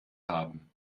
haben